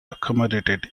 accommodated